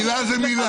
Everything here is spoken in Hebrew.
איזו מילה?